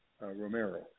Romero